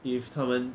if 他们